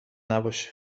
نباشه